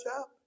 up